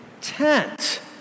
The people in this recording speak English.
tent